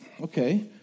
Okay